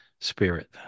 spirit